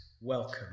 welcome